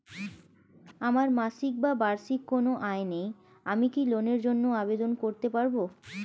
আমার মাসিক বা বার্ষিক কোন আয় নেই আমি কি লোনের জন্য আবেদন করতে পারব?